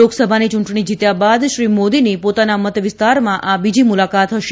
લોકસભાની યુંટણી જીત્યા બાદ શ્રી મોદીની પોતાના મત વિસ્તારમાં આ બીજી મુલાકાત હશે